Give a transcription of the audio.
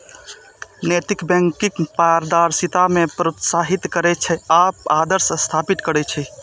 नैतिक बैंकिंग पारदर्शिता कें प्रोत्साहित करै छै आ आदर्श स्थापित करै छै